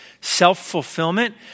self-fulfillment